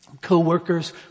co-workers